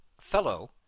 fellow